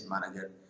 manager